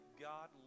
God